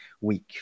week